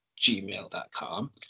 gmail.com